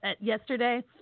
yesterday